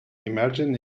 imagine